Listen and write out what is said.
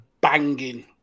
banging